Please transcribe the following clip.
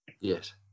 Yes